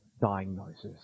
diagnosis